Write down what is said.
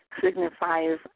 signifies